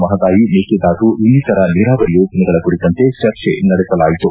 ಮಹದಾಯಿ ಮೇಕೆದಾಟು ಇನ್ನಿತರ ನೀರಾವರಿ ಯೋಜನೆಗಳ ಕುರಿತಂತೆ ಚರ್ಚೆ ನಡೆಸಲಾಯಿತು